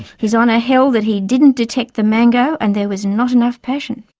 his honour held that he didn't detect the mango and there was not enough passion.